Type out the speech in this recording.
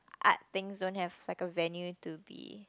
art things don't have like a venue to be